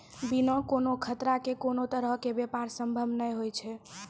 बिना कोनो खतरा के कोनो तरहो के व्यापार संभव नै होय छै